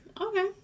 okay